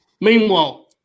Meanwhile